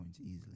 easily